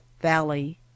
Valley